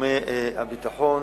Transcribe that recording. גורמי הביטחון,